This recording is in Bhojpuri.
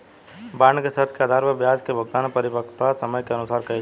बॉन्ड के शर्त के आधार पर ब्याज के भुगतान परिपक्वता समय के अनुसार कईल जाला